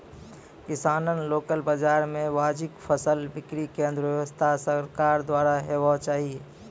किसानक लोकल बाजार मे वाजिब फसलक बिक्री केन्द्रक व्यवस्था सरकारक द्वारा हेवाक चाही?